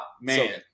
Man